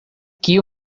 kiu